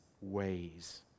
ways